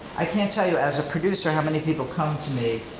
i can't tell you as a producer how many people come to me,